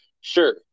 Sure